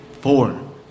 four